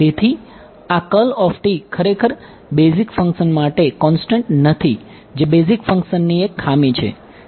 તેથી આ ખરેખર બેઝિક ફંક્શન માટે કોંસ્ટંટ નથી જે બેઝિક ફંક્શનની એક ખામી છે